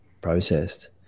processed